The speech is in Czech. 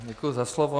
Děkuji za slovo.